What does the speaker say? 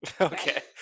Okay